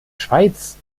schweiz